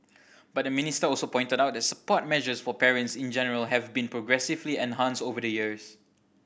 but the minister also pointed out that support measures for parents in general have been progressively enhanced over the years